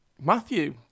Matthew